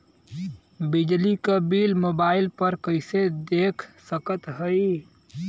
बिजली क bill mobile पर कईसे देख सकत हई?